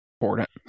important